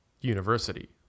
university